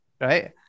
right